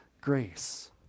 Grace